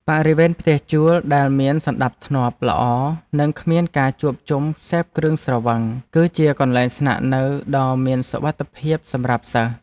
បរិវេណផ្ទះជួលដែលមានសណ្តាប់ធ្នាប់ល្អនិងគ្មានការជួបជុំសេពគ្រឿងស្រវឹង គឺជាកន្លែងស្នាក់នៅដ៏មានសុវត្ថិភាពសម្រាប់សិស្ស។